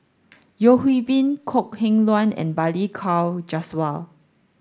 Yeo Hwee Bin Kok Heng Leun and Balli Kaur Jaswal